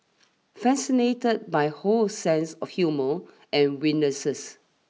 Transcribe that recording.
fascinated by Ho's sense of humour and wittinesses